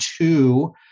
two